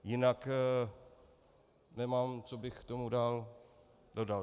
Jinak nemám, co bych k tomu dál dodal.